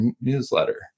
newsletter